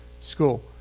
school